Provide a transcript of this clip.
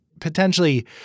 potentially